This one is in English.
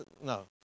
no